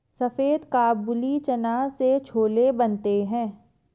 सफेद काबुली चना से छोले बनते हैं